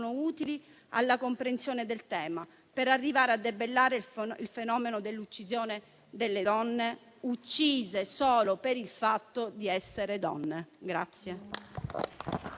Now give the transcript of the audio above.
utili alla comprensione del tema per arrivare a debellare il fenomeno dell'uccisione delle donne, uccise solo per il fatto di essere tali.